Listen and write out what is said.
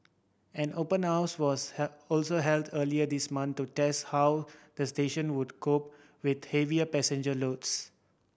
an open house was also held earlier this month to test how the station would cope with heavy passenger loads